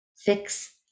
fix